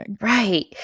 right